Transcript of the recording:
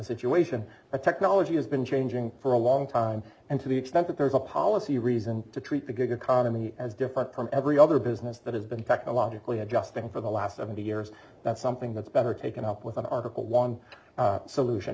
situation that technology has been changing for a long time and to the extent that there is a policy reason to treat bigger economy as different from every other business that has been technologically adjusting for the last seventy years that's something that's better taken up with an article one solution